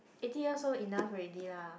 eighty years old enough already lah